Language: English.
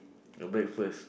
your breakfast